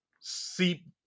Seep